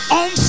on